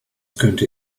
könnte